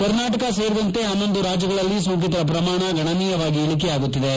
ಕರ್ನಾಟಕ ಸೇರಿದಂತೆ ಹನ್ನೊಂದು ರಾಜ್ಲಗಳಲ್ಲಿ ಸೋಂಕಿತರ ಪ್ರಮಾಣ ಗಣನೀಯವಾಗಿ ಇಳಕೆಯಾಗುತ್ತಿದೆ